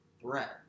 threat